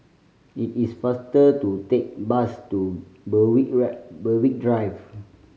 it is faster to take bus to Berwick Ride Berwick Drive